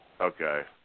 Okay